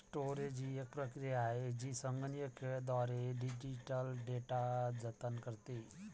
storage ही एक प्रक्रिया आहे जी संगणकीयद्वारे डिजिटल डेटा जतन करते